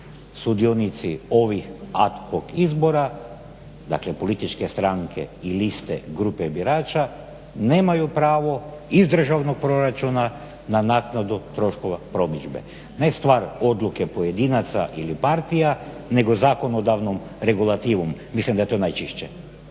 sudionici ovih ad hoc izbora dakle političke stranke i liste grupe birača, nemaju pravo iz državnog proračuna na naknadu troškova promidžbe. Ne stvar odluke pojedinaca ili partija nego zakonodavnom regulativom, mislim daje to najčišće.